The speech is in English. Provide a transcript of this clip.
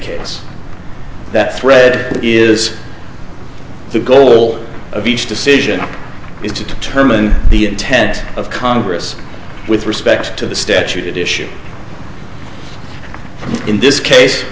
case that thread is the goal of each decision is to determine the intent of congress with respect to the statute issue in this case